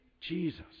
Jesus